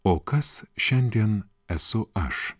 o kas šiandien esu aš